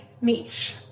niche